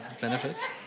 benefits